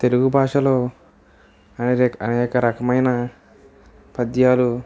తెలుగు భాషలో అనే అనేక రకమైన పద్యాలు